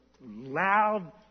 loud